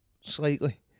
slightly